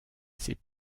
ses